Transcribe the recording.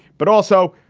but also